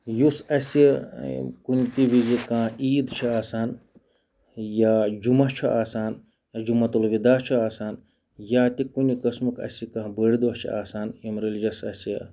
یُس اَسہِ کُنہِ تہِ وِزِ کانٛہہ عیٖد چھِ آسان یا جُمعہ چھُ آسان یا جُمعتہ الوِداع چھُ آسان یا تہِ کُنہِ قٕسمُک اَسہِ کانٛہہ بٔڑۍ دۄہ چھِ آسان یِم ریٚلجَس اَسہِ